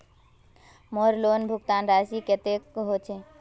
मोर लोन भुगतान राशि कतेक होचए?